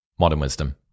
modernwisdom